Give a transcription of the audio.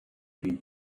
been